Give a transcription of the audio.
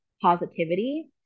positivity